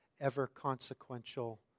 ever-consequential